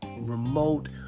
remote